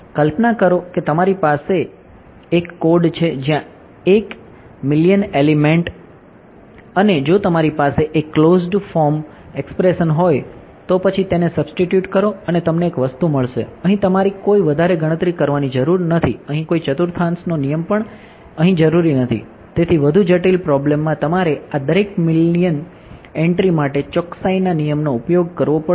કલ્પના કરો કે તમારી પાસે એક કોડ છે જ્યાં 1 મિલિયન એલિમેંટ પ્રોબ્લેમમાં તમારે આ દરેક મિલિયન એન્ટ્રી માટે ચોકસાઇના નિયમનો ઉપયોગ કરવો પડશે